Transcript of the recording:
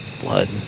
blood